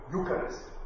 Eucharist